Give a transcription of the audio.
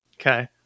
Okay